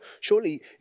Surely